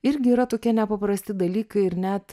irgi yra tokie nepaprasti dalykai ir net